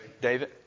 David